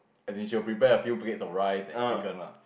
as in she will prepare a few plates of rice and chicken lah